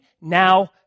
now